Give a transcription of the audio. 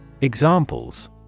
Examples